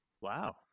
Wow